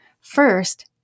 First